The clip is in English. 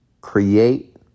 create